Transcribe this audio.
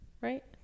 right